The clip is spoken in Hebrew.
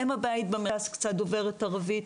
אם הבית במרכז קצת דוברת ערבית.